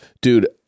dude